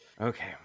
Okay